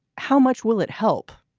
how much will it help.